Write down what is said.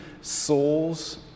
souls